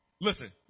Listen